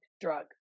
drug